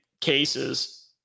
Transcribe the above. cases